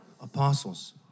apostles